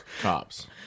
Cops